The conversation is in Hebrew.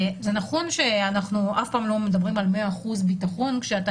זה נכון שאנחנו אף פעם לא מדברים על 100% ביטחון כשאתה